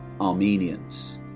Armenians